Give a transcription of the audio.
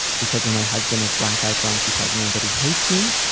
because when my husband is blackout drunk, he tells me that he hates me,